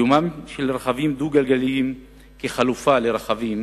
קיומם של רכבים דו-גלגליים כחלופה לרכבים